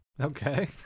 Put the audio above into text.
Okay